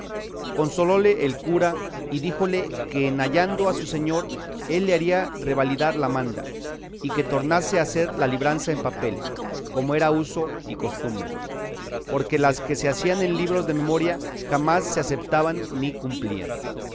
rucio consolóle el cura y díjole que en hallando a su señor él le haría revalidar la manda y que tornase a hacer la libranza en papel como era uso y costumbre porque las que se hacían en libros de memoria jamás se acetaban ni cumplían